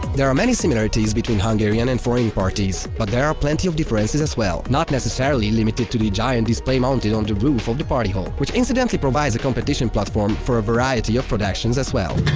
there are many similarities between hungarian and foreign parties, but there are plenty of differences as well, not necessarily and limited to the giant display mounted on the roof of the party hall, which incidentally provides a competition platform for a variety of productions as well.